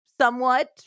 somewhat